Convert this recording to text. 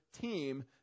team